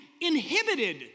inhibited